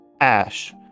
Ash